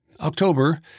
October